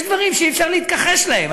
יש דברים שאי-אפשר להתכחש להם.